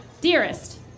Dearest